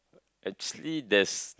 actually there's